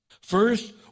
First